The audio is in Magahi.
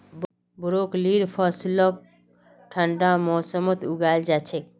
ब्रोकलीर फसलक ठंडार मौसमत उगाल जा छेक